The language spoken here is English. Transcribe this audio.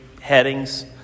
headings